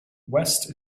west